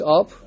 up